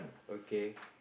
okay